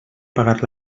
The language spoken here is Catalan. pagar